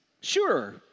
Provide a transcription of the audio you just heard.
Sure